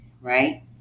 right